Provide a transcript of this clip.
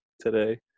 today